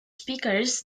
speakers